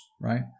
Right